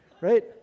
Right